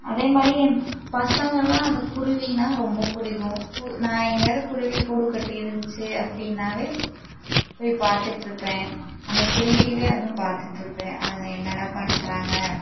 அதே மாதிரி என் பசங்களாம் அந்த குருவின்னா ரொம்ப பிடிக்கும் நான் எங்கேயாவது குருவி கூடு கட்டியிருந்துச்சி அப்படினாவே போய் பார்த்துட்ருப்பேன் அந்த குருவியவே அதுவும் பார்த்துட்ருப்பேன் அதுங்க என்னென்ன பண்ணுறாங்க